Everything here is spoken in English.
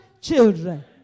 children